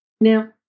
Now